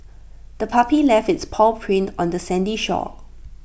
the puppy left its paw prints on the sandy shore